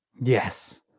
Yes